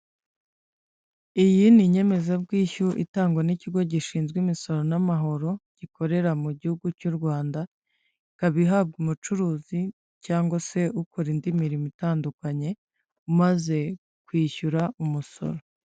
Iyi ni inyemezabwishyu itangwa n'ikigo gishinzwe imisoro n'amahoro gikorera mu gihugu cy'u Rwanda, ikaba ihabwa umucuruzi cyangwa se ukora indi mirimo itandukanye umaze kwishyura umusoro.